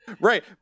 Right